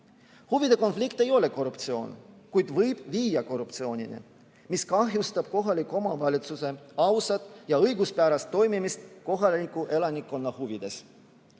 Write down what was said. Huvide konflikt ei ole korruptsioon, kuid võib viia korruptsioonini, mis kahjustab kohaliku omavalitsuse ausat ja õiguspärast toimimist kohaliku elanikkonna huvides.